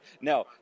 no